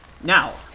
Now